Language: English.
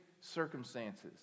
circumstances